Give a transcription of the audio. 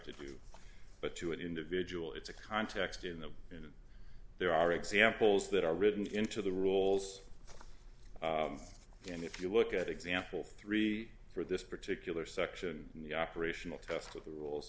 to do but to an individual it's a context in the in there are examples that are written into the rules and if you look at example three for this particular section in the operational test with the rules